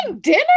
dinner